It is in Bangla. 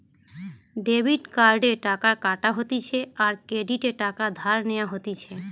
ডেবিট কার্ডে টাকা কাটা হতিছে আর ক্রেডিটে টাকা ধার নেওয়া হতিছে